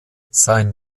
sein